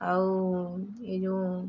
ଆଉ ଏଇ ଯୋଉଁ